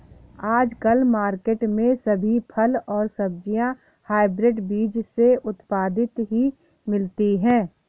आजकल मार्केट में सभी फल और सब्जी हायब्रिड बीज से उत्पादित ही मिलती है